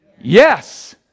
Yes